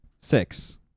six